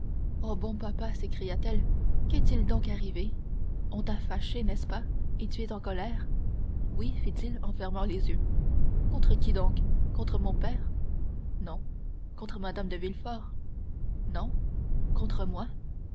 oh bon papa s'écria-t-elle qu'est-il donc arrivé on t'a fâché n'est-ce pas et tu es en colère oui fit-il en fermant les yeux contre qui donc contre mon père non contre mme de villefort non contre moi